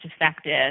effective